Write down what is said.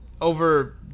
over